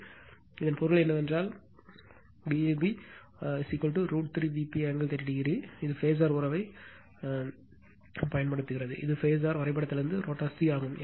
எனவே இதன் பொருள் என்னவென்றால் இதேபோல் இங்கே செய்ததைப் போலவே Vab Vab root 3 Vp angle 30o இது இந்த பேசர் உறவைப் பயன்படுத்துகிறது இது பேசர் வரைபடத்திலிருந்து ரோட்டார் c ஆகும்